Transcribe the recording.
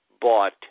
bought